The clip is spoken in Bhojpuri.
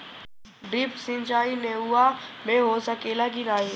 ड्रिप सिंचाई नेनुआ में हो सकेला की नाही?